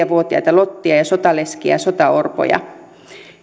vuotiaita lottia ja sotaleskiä sekä sotaorpoja